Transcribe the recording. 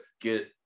get